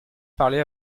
parlé